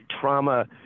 trauma